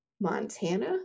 Montana